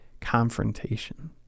confrontation